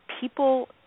people